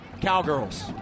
Cowgirls